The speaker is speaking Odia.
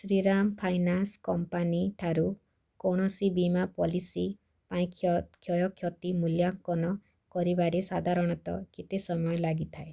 ଶ୍ରୀରାମ ଫାଇନାନ୍ସ କମ୍ପାନୀ ଠାରୁ କୌଣସି ବୀମା ପଲିସି ପାଇଁ କ୍ଷୟକ୍ଷତି ମୂଲ୍ୟାଙ୍କନ କରିବାରେ ସାଧାରଣତଃ କେତେ ସମୟ ଲାଗିଥାଏ